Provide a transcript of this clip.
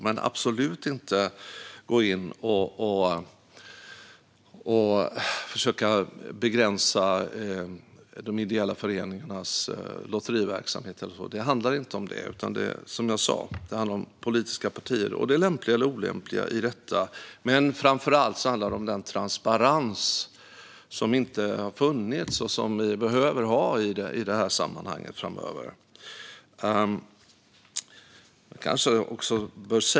Men det är absolut inte fråga om att begränsa de ideella föreningarnas lotteriverksamhet eller så. Det handlar inte om det, utan det handlar om det lämpliga eller olämpliga i förhållande till de politiska partierna. Men framför allt handlar det om den transparens som inte har funnits och som behövs i det här sammanhanget framöver.